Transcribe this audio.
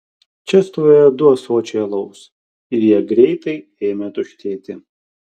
čia stovėjo du ąsočiai alaus ir jie greitai ėmė tuštėti